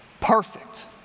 Perfect